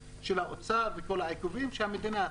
לטוס והלקוחות שלהן מאוד מעניינים אותן.